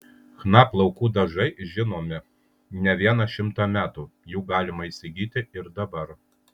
chna plaukų dažai žinomi ne vieną šimtą metų jų galima įsigyti ir dabar